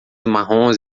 marrons